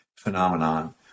phenomenon